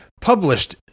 published